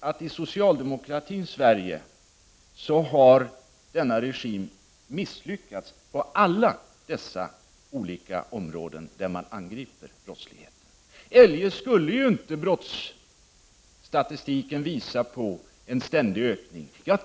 Men i socialdemokratins Sverige har denna regim misslyckats på alla de olika områden där brottsligheten angrips, eljest skulle ju brottsstatistiken inte visa på en ständig ökning.